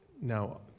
Now